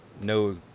no